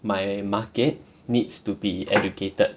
my market needs to be educated